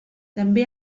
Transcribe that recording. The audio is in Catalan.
també